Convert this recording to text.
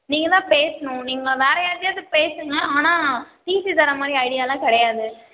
நீங்கள் தான் பேசணும் நீங்கள் வேற யார்ட்டயாவது பேசுங்க ஆனால் டிசி தரமாதிரி ஐடியாலாம் கிடையாது